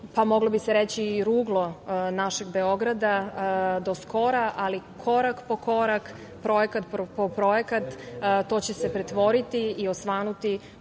pa moglo bi se reći, ruglo našeg Beograda do skora, ali korak po korak, projekat po projekat, to će se pretvoriti i osvanuti